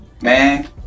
Man